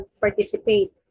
participate